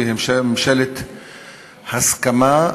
היא ממשלת הסכמה,